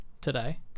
today